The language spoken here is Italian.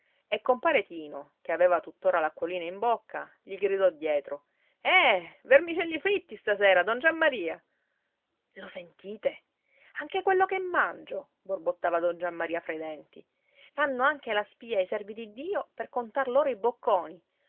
e compare tino che aveva tuttora l'acquolina in bocca gli gridò dietro eh vermicelli fritti stasera don giammaria lo sentite anche quello che mangio borbottava don giammaria fra i denti fanno anche la spia ai servi di dio per contar loro i bocconi